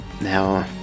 now